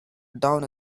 down